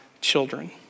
children